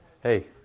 Hey